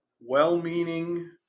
well-meaning